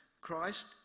Christ